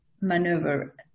maneuver